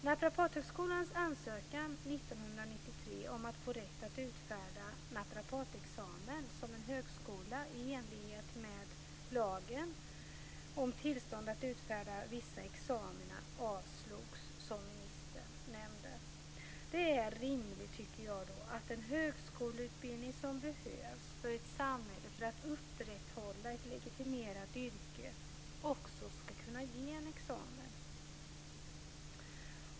Naprapathögskolans ansökan 1993 om att få rätt att utfärda naprapatexamen som en högskola i enlighet med lagen om tillstånd att utfärda vissa examina avslogs, som ministern nämnde. Jag tycker att det är rimligt att en högskoleutbildning som behövs i samhället för att upprätthålla ett legitimerat yrke också ska kunna ge en examen.